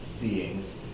beings